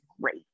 great